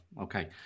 Okay